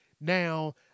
Now